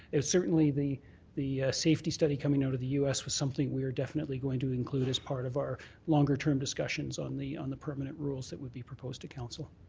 certainly the the safety study coming out of the u s. was something we were definitely going to include as part of our longer term discussions on the on the permanent rules that would be proposed to council.